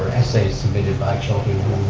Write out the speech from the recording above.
essays submitted by children